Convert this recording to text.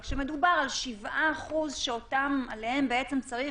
אבל כשמדובר על 7% שעליהם בעצם צריך